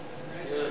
בעד,